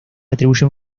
atribuyen